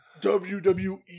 WWE